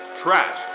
Trash